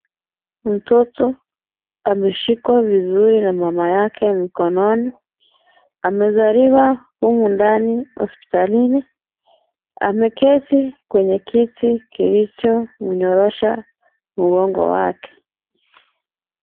Mtoto ameshikwa vizuri na mama yake mkononi. Amezaliwa humu ndani hospitalini. Ameketi kwenye kiti kilichomnyorosha muongo wake.